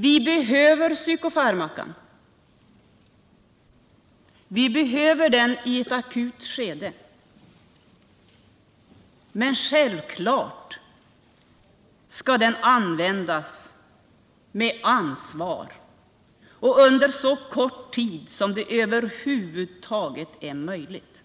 Vi behöver psykofarmacan i ett akut skede. Men självfallet skall den användas med ansvar och under så kort tid som det över huvud taget är möjligt.